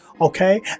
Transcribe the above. Okay